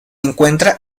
encuentra